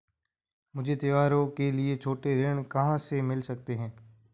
मुझे त्योहारों के लिए छोटे ऋृण कहां से मिल सकते हैं?